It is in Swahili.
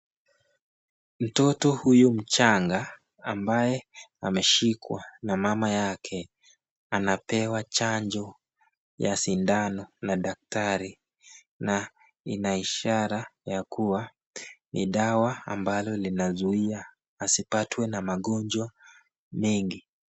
Mtoto huyu mchanga ambaye ameshikwa na mama yake anapewa chanjo ya sindano na daktari na ina ishara ya kuwa ni dawa ambalo linazuia asipatwe na magonjwa mengi.